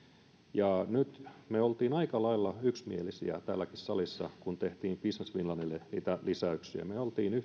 ja nyt me olimme aika lailla yksimielisiä täälläkin salissa kun tehtiin business finlandille niitä lisäyksiä me olimme